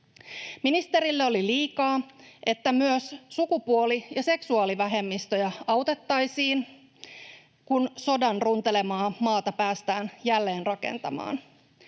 Ministerille oli liikaa, että myös sukupuoli- ja seksuaalivähemmistöjä autettaisiin, kun sodan runtelemaa maata päästään jälleenrakentamaan.